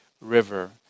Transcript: River